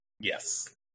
Yes